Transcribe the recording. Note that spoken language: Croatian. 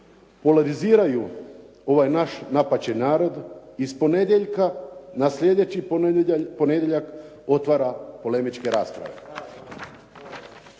polariziraju ovaj naš napaćen narod iz ponedjeljka na slijedeći ponedjeljak otvara polemičke rasprave.